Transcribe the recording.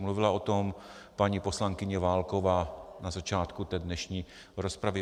Mluvila o tom paní poslankyně Válková na začátku dnešní rozpravy.